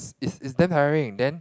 is is damn tiring then